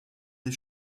des